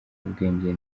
ubwenge